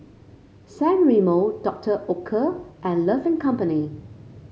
San Remo Doctor Oetker and Love and Company